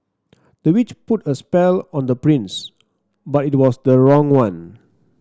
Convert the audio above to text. the witch put a spell on the prince but it was the wrong one